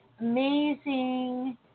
amazing